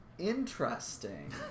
interesting